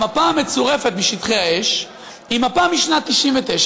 המפה המצורפת של שטחי האש היא מפה משנת 1999,